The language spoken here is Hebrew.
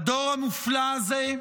הדור המופלא הזה,